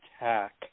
attack